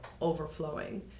overflowing